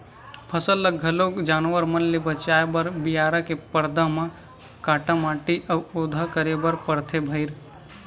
फसल ल घलोक जानवर मन ले बचाए बर बियारा के परदा म काटा माटी अउ ओधा करे बर परथे भइर